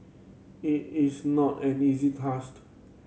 it is not an easy task